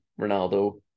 Ronaldo